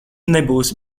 nebūsi